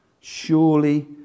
surely